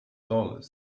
dollars